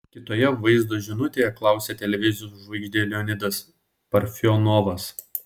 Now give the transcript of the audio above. kitoje vaizdo žinutėje klausė televizijos žvaigždė leonidas parfionovas